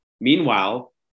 Meanwhile